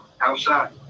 outside